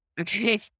Okay